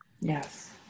Yes